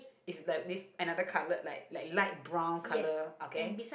is like with another colour like like light brown colour okay